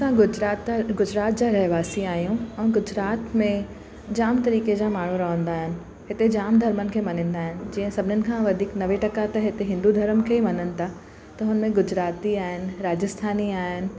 असां गुजराता गुजरात जा रहिवासी आहियूं ऐं गुजरात में जाम तरीक़े जा माण्हू रहंदा आहिनि हिते जाम धर्मनि मञीदा आहिनि जीअं सभिनीनि खां वधीक नवे टका त हिते हिंदू धर्म खे ई मञनि था त हुन गुजराती आहिनि राजस्थानी आहिनि